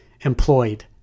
employed